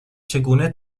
چگونه